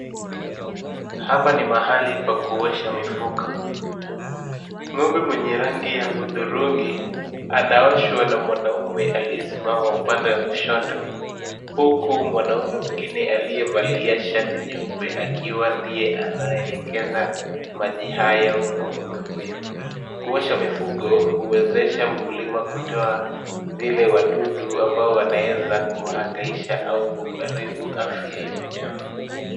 Hapa ni mahali pa kuosha mifugo, ng'ombe mwenye rangi ya hudhurungi anaoshwa na mwanaume aliyesimama upande wa kushoto, huku mwanaume mwingine aliyevalia shati nyeupe akiwa ndiye anaelekeza maji hayo kwa ng'ombe huyo. Kuosha mifugo huwezesha mkulima kutoa zile wadudu ambao wanaweza kuhangaisha au kuharibu afya ya mnyama.